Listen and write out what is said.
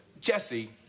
Jesse